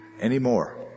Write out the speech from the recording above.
anymore